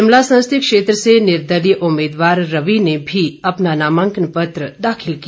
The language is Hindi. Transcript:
शिमला संसदीय क्षेत्र से निर्दलीय उम्मीदवार रवि ने भी अपना नामांकन पत्र दाखिल किया